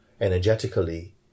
energetically